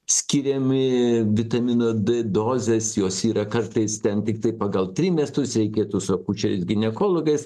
skiriami vitamino d dozės jos yra kartais ten tiktai pagal trimestrus reikėtų su akušeriais ginekologais